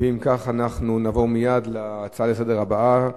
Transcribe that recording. אנו עוברים לנושא הבא.